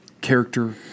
character